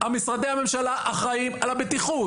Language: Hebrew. משרדי הממשלה אחראים על הבטיחות.